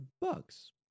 bugs